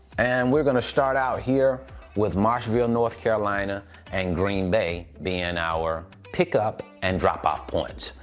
and we're gonna start out here with marshville, north carolina and green bay being our pickup and drop off points.